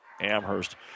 Amherst